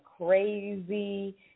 crazy